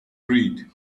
read